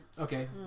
Okay